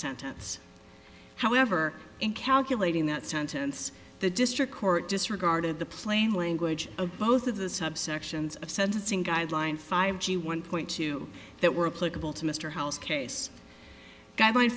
sentence however in calculating that sentence the district court disregarded the plain language of both of the subsections of sentencing guidelines five g one point two that were a political to mr house case guideline